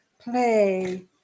play